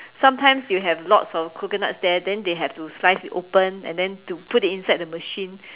sometimes you have lots of coconuts there then they have to slice it open and then to put it inside the machine